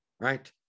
Right